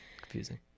Confusing